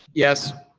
yes.